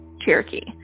Cherokee